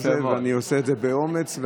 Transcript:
ואני עושה את זה באומץ.